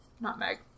nutmeg